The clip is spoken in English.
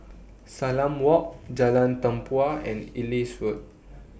Salam Walk Jalan Tempua and Ellis Road